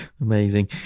amazing